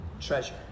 treasure